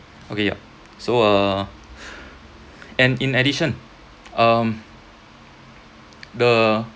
okay yup so uh and in addition um the